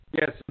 Yes